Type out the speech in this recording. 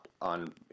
on